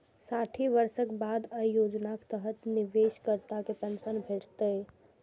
साठि वर्षक बाद अय योजनाक तहत निवेशकर्ता कें पेंशन भेटतै